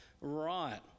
right